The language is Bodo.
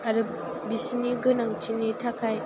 आरो बिसिनि गोनांथिनि थाखाय